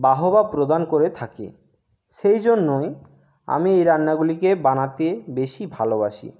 বাহবা প্রদান করে থাকে সেইজন্যই আমি এই রান্নাগুলিকে বানাতে বেশি ভালোবাসি